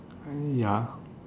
uh ya